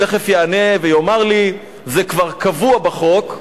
תיכף יענה ויאמר לי: זה כבר קבוע בחוק,